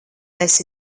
esi